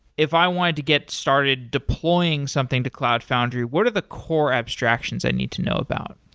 if i wanted to get started deploying something to cloud foundry, what are the core abstractions i need to know about?